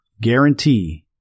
guarantee